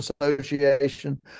association